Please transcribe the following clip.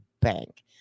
bank